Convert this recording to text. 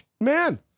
man